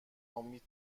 امید